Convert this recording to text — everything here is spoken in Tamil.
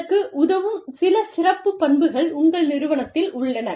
இதற்கு உதவும் சில சிறப்புப் பண்புகள் உங்கள் நிறுவனத்தில் உள்ளன